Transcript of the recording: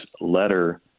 letter